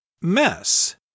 Mess